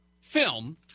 Film